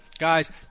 Guys